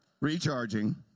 Recharging